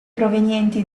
provenienti